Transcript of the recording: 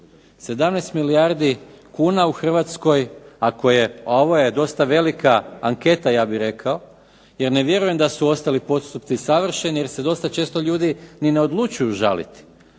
17 milijardi kuna u Hrvatskoj ako je, a ovo je dosta velika anketa ja bih rekao, jer ne vjerujem da su ostali postupci savršeni, jer se dosta često ljudi ni ne odlučuju žaliti,